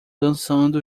dançando